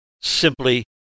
simply